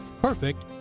Perfect